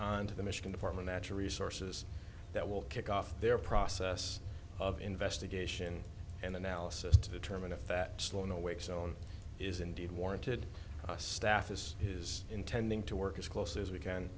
on to the michigan department natural resources that will kick off their process of investigation and analysis to determine if that slow in the wake zone is indeed warranted stathis is intending to work as closely as we can